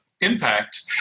impact